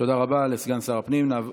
תודה רבה לסגן שר הפנים.